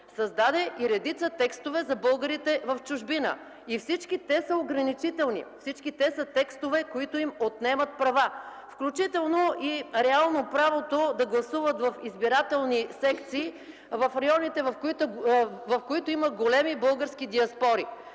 създаде и редица текстове за българите в чужбина. И всички те са ограничителни, всички те са текстове, които им отнемат права, включително и реално правото да гласуват в избирателни секции в районите, в които има големи български диаспори.